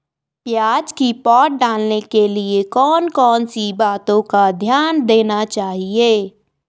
प्याज़ की पौध डालने के लिए कौन कौन सी बातों का ध्यान देना चाहिए?